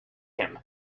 him